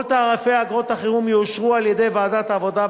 1. כל תעריפי אגרות החירום יאושרו על-ידי ועדת העבודה,